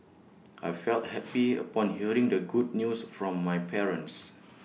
I felt happy upon hearing the good news from my parents